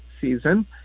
season